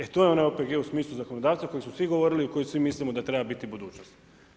E to je onaj OPG u smislu zakonodavca, koji su svi govorili i koji svi mislimo da treba biti budućnost.